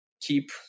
keep